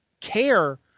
care